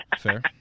fair